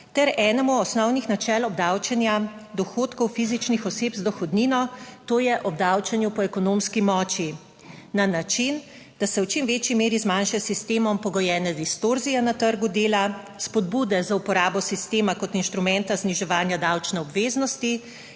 ter enemu osnovnih načel obdavčenja dohodkov fizičnih oseb z dohodnino, to je obdavčenju po ekonomski moči, na način, da se v čim večji meri zmanjša s sistemom pogojene distorzije na trgu dela, spodbude za uporabo sistema kot instrumenta zniževanja davčne obveznosti